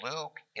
Luke